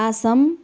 Assam